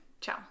Ciao